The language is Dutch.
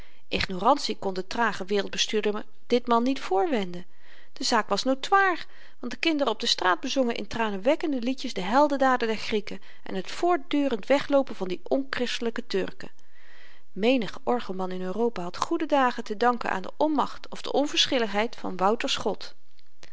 ignorantie kon de trage wereldbestuurder ditmaal niet voorwenden de zaak was notoir want de kinderen op de straat bezongen in tranenwekkende liedjes de heldendaden der grieken en t voortdurend wegloopen van die onchristelyke turken menig orgelman in europa had goede dagen te danken aan de onmacht of de onverschilligheid van wouter's